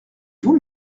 vous